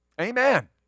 Amen